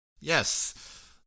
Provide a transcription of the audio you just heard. Yes